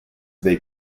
they